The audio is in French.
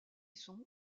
sont